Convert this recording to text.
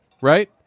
right